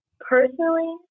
Personally